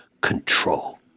control